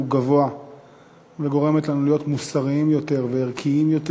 גבוה וגורמת לנו להיות מוסריים יותר וערכיים יותר.